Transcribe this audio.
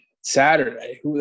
Saturday